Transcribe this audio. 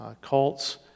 cults